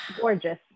gorgeous